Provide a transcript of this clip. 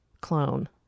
clone